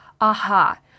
aha